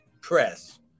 press